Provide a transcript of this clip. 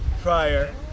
Prior